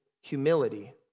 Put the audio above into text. humility